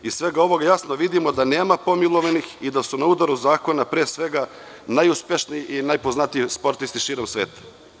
Iz svega ovoga jasno vidimo da nema pomilovanih i da su na udaru zakona, pre svega, najuspešniji i najpoznatiji sportisti širom sveta.